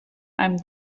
einem